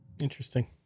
Interesting